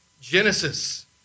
Genesis